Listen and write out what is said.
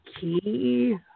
key